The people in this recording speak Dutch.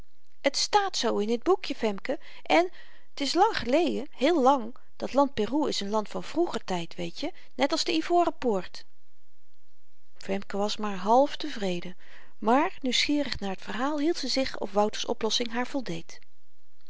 het staat zoo in t boekje femke en t is lang geleden heel lang dat land peru is een land van vroeger tyd weetje net als de ivoren poort femke was maar halftevreden maar nieuwsgierig naar t verhaal hield ze zich of wouter's oplossing haar voldeed